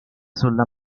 sulla